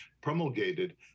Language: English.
promulgated